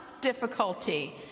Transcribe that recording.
difficulty